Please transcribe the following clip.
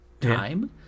time